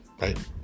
Right